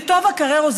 לטובה קררו,